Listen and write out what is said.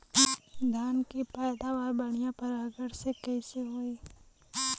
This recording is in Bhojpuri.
धान की पैदावार बढ़िया परागण से कईसे होई?